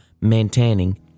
maintaining